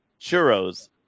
churros